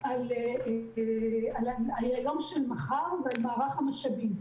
על היום למוחרת ועל מערך המשאבים.